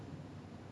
ya ya ya like